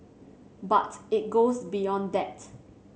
but it goes beyond that